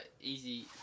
easy